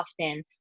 often